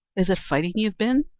is it fighting you've been?